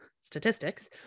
statistics